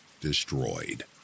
destroyed